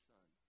Son